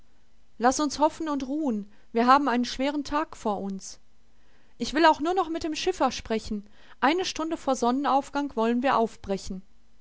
laß uns hoffen und ruhen wir haben einen schweren tag vor uns ich will nur noch mit dem schiffer sprechen eine stunde vor sonnenaufgang wollen wir aufbrechen